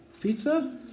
Pizza